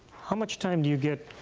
how much time do you get